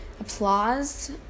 Applause